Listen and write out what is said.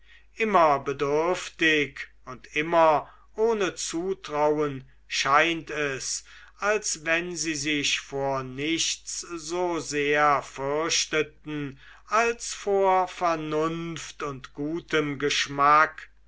immer bedürftig und immer ohne zutrauen scheint es als wenn sie sich vor nichts so sehr fürchteten als vor vernunft und gutem geschmack